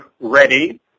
ready